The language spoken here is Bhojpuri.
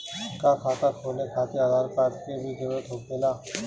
का खाता खोले खातिर आधार कार्ड के भी जरूरत होखेला?